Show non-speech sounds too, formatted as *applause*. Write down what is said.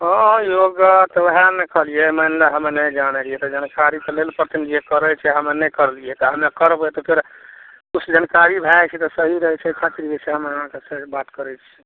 हँ योगा तऽ वएह नहि कहलियै मानि लै हम नहि जानय रहियै तऽ जनकारी तऽ लेल पड़तय ने जे करय छै हमे नहि करलियै तऽ हमे करबय तऽ फेर किछु जनकारी भए जाइ छै तऽ सही रहय छै *unintelligible* फेर हम अहाँके से बात करय छी